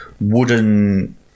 wooden